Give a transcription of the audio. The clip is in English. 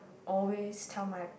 always tell my